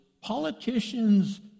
politicians